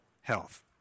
health